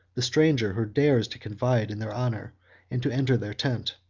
the stranger who dares to confide in their honor and to enter their tent.